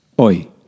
oi